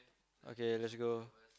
okay let's go